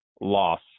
loss